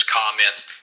comments